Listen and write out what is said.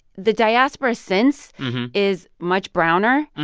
the diaspora since is much browner.